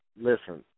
Listen